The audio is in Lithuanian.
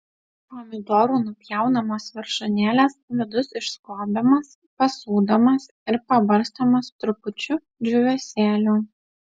pomidorų nupjaunamos viršūnėlės vidus išskobiamas pasūdomas ir pabarstomas trupučiu džiūvėsėlių